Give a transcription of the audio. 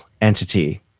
entity